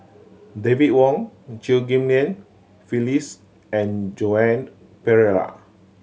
David Wong Chew Ghim Lian Phyllis and Joan Pereira